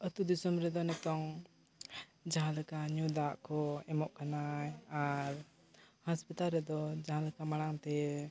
ᱟᱛᱳᱼᱫᱤᱥᱚᱢ ᱨᱮᱫᱚ ᱱᱤᱛᱚᱜ ᱡᱟᱦᱟᱸ ᱞᱮᱠᱟ ᱧᱩ ᱫᱟᱜ ᱠᱚ ᱮᱢᱚᱜ ᱠᱟᱱᱟᱭ ᱟᱨ ᱦᱟᱥᱯᱟᱛᱟᱞ ᱨᱮᱫᱚ ᱡᱟᱦᱟᱸ ᱞᱮᱠᱟ ᱢᱟᱲᱟᱝᱛᱮ